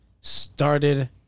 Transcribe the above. started